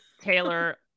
Taylor